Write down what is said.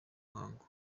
muhango